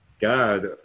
God